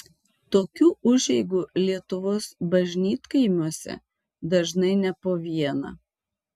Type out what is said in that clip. tokių užeigų lietuvos bažnytkaimiuose dažnai ne po vieną